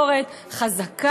למה צריך תקשורת חזקה,